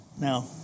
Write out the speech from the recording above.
Now